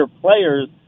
players